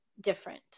different